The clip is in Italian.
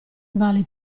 vale